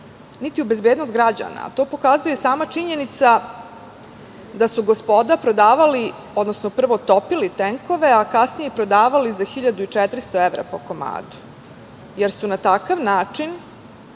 niti u bezbednost građana, a to pokazuje sama činjenica da su gospoda prodavali, odnosno prvo topili tenkove, a kasnije prodavali za 1.400 evra po komadu, jer su na takav način